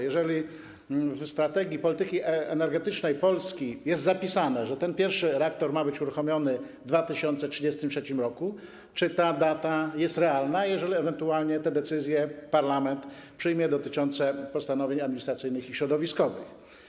Jeżeli w strategii, w „Polityce energetycznej Polski” jest zapisane, że ten pierwszy reaktor ma być uruchomiony w 2033 r., to czy ta data jest realna, jeżeli ewentualnie parlament przyjmie decyzje dotyczące postanowień administracyjnych i środowiskowych?